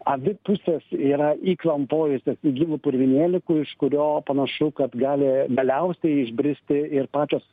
abi pusės yra įklampojusios į gilų purvynėlį kur iš kurio panašu kad gali galiausiai išbristi ir pačios